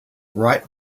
right